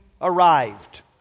arrived